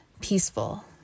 peaceful